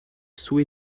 sceaux